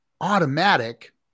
automatic